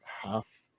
Half